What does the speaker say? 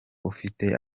ufite